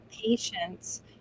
patients